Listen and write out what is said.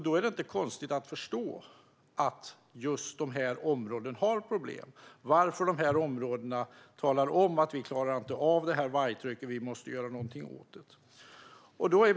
Då är det inte svårt att förstå att just de områdena har problem. Dessa områden talar om att de inte klarar av det här vargtrycket och att någonting måste göras åt det.